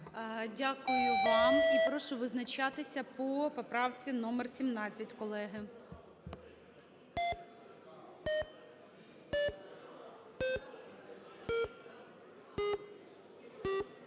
Дякую вам. І прошу визначатися по поправці номер 17, колеги.